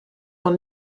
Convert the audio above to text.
von